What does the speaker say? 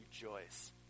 rejoice